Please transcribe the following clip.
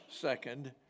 second